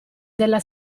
della